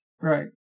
Right